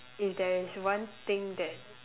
if there is one thing that